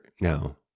No